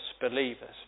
believers